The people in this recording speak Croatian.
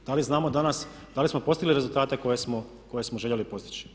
Da li znamo danas da li smo postigli rezultate koje smo željeli postići?